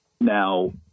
Now